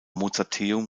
mozarteum